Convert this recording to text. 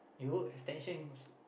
you would extension